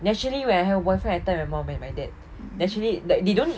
naturally when I had boyfriend I tell my mum and my dad actually they don't